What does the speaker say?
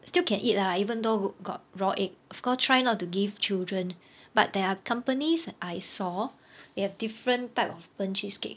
still can eat lah even though got raw egg of course try not to give children but there are companies I saw they have different type of burnt cheesecake